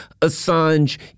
Assange